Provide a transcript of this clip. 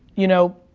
you know,